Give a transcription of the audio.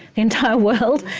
the entire world?